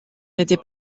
n’était